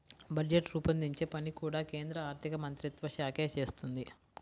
budget రూపొందించే పని కూడా కేంద్ర ఆర్ధికమంత్రిత్వ శాఖే చేస్తుంది